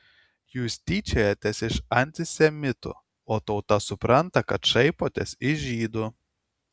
jūs tyčiojatės iš antisemitų o tauta supranta kad šaipotės iš žydų